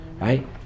Right